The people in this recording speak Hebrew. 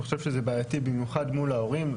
אני חושב שזה בעייתי במיוחד מול ההורים.